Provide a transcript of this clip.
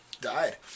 died